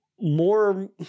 more